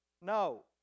No